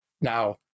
Now